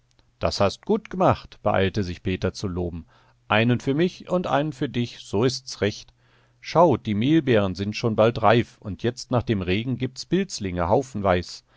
das hast gut g'macht beeilte sich peter zu loben einen für mich und einen für dich so ist's recht schau die mehlbeeren sind schon bald reif und jetzt nach dem regen gibt's pilzlinge haufenweis